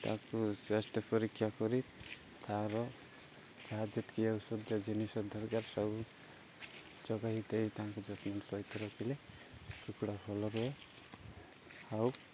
ତାକୁ ସ୍ୱାସ୍ଥ୍ୟ ପରୀକ୍ଷା କରି ତା'ର ଯାହା ଯେତିକି ଔଷଧୀୟ ଜିନିଷ ଦରକାର ସବୁ ଯୋଗାଇ ଦେଇ ତାଙ୍କୁ ଯତ୍ନର ସହିତ ରଖିଲେ କୁକୁଡ଼ା ଭଲ ରୁହେ ଆଉ